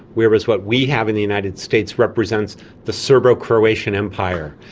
whereas what we have in the united states represents the serbo-croatian empire.